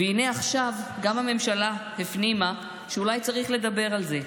והינה עכשיו גם הממשלה הפנימה שאולי צריך לדבר על זה.